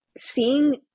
seeing